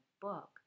book